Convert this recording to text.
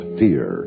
fear